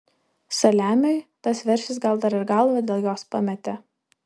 saliamiui tas veršis gal dar ir galvą dėl jos pametė